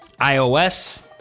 ios